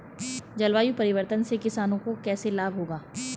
जलवायु परिवर्तन से किसानों को कैसे लाभ होगा?